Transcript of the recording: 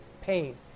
pain